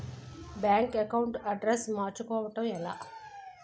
Bank account address మార్చుకోవడం ఎలా?